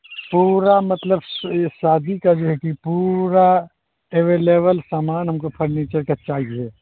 پورا مطلب شادی کرنے کی پورا اویلیبل سامان ہم کو پھرنیچر کا چاہیے